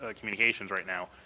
ah communications right now